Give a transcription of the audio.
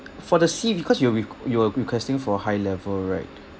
for the sea because you will be you were requesting for high level right